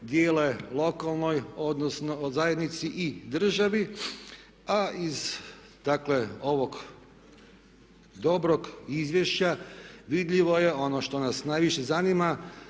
dijele lokalnoj zajednici i državi a iz dakle ovog dobrog izvješća vidljivo je ono što nas najviše zanima